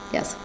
Yes